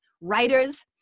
writers